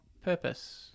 purpose